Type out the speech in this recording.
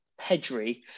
Pedri